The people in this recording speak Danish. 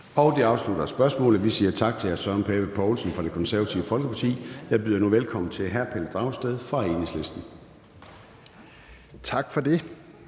Det afslutter spørgsmålet. Vi siger tak til hr. Søren Pape Poulsen fra Det Konservative Folkeparti. Jeg byder nu velkommen til hr. Pelle Dragsted fra Enhedslisten. Kl.